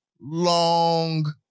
long